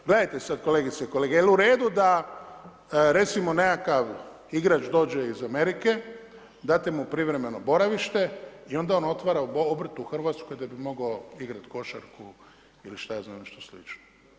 Gledajte sad kolegice i kolege, jel' u redu da recimo nekakav igrač dođe iz Amerike, date mu privremeno boravište i onda on otvara obrt u Hrvatskoj da bi mogao igrat' košarku ili šta ja znam, nešto slično.